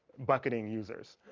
bucketing users,